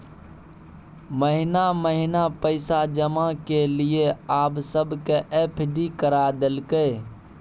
महिना महिना पैसा जमा केलियै आब सबके एफ.डी करा देलकै